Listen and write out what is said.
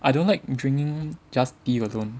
I don't like drinking just tea alone